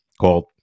called